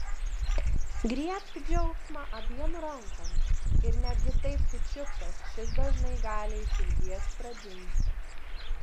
griebk džiaugsmą abiem rankom ir netgi taip sučiuptas šis dažnai gali iš širdies pradingti